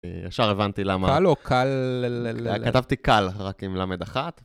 ישר הבנתי למה... קל או קל... כתבתי קל, רק עם למד אחת.